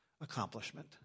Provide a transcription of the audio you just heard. accomplishment